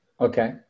Okay